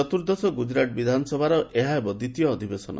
ଚତୁର୍ଦ୍ଦଶ ଗୁଜରାଟ ବିଧାନସଭାର ଏହା ହେବ ଦ୍ୱିତୀୟ ଅଧିବେଶନ